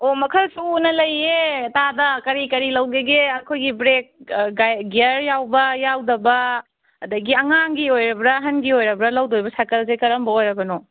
ꯑꯣ ꯃꯈꯜ ꯁꯨꯅ ꯂꯩꯌꯦ ꯇꯥꯗ ꯀꯔꯤ ꯀꯔꯤ ꯂꯧꯒꯦꯒꯦ ꯑꯩꯈꯣꯏꯒꯤ ꯕ꯭ꯔꯦꯛ ꯒꯤꯌꯥꯔ ꯌꯥꯎꯕ ꯌꯥꯎꯗꯕ ꯑꯗꯒꯤ ꯑꯉꯥꯡꯒꯤ ꯑꯣꯏꯔꯕ꯭ꯔꯥ ꯑꯍꯟꯒꯤ ꯑꯣꯏꯔꯕ꯭ꯔꯥ ꯂꯧꯗꯣꯔꯤꯕ ꯁꯥꯏꯀꯜꯁꯦ ꯀꯔꯝꯕ ꯑꯣꯏꯔꯕꯅꯣ